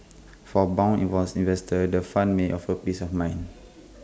for Bond investors the fund may offer peace of mind